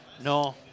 No